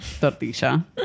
tortilla